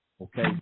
okay